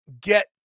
get